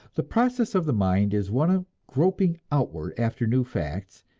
the process of the mind is one of groping outward after new facts,